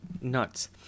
nuts